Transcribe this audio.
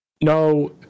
No